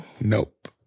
Nope